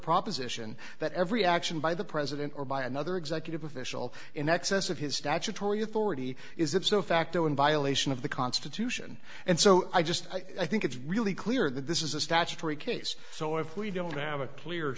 proposition that every action by the president or by another executive official in excess of his statutory authority is ipso facto in violation of the constitution and so i just i think it's really clear that this is a statutory case so if we don't have a clear